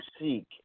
seek